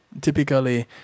typically